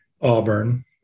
Auburn